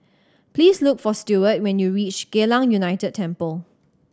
please look for Steward when you reach Geylang United Temple